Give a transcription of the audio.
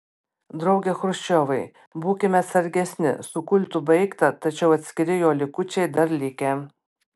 drauge chruščiovai būkime atsargesni su kultu baigta tačiau atskiri jo likučiai dar likę